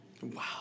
Wow